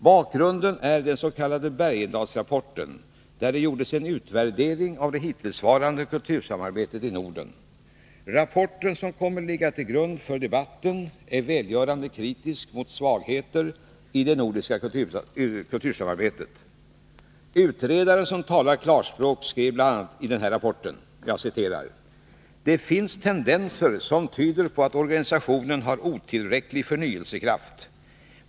Bakgrunden är den s.k. Bergendalsrapporten, där det gjordes en utvärdering av det hittillsvarande kultursamarbetet i Norden. Rapporten, som kommer att ligga till grund för debatten, är välgörande kritisk mot svagheter i det nordiska kultursamarbetet. Utredaren, som talat klarspråk, skrev bl.a. i rapporten: ”Det finns tendenser som tyder på att organisationen har otillräcklig förnyelsekraft.